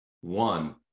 one